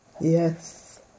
Yes